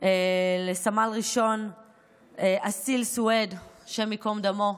על סמל ראשון אסיל סואעד, השם ייקום דמו.